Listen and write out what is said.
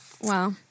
Wow